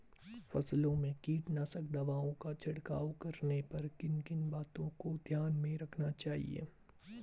फसलों में कीटनाशक दवाओं का छिड़काव करने पर किन किन बातों को ध्यान में रखना चाहिए?